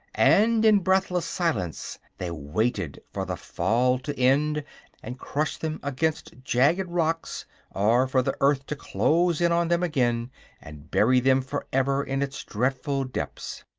and in breathless silence they waited for the fall to end and crush them against jagged rocks or for the earth to close in on them again and bury them forever in its dreadful depths.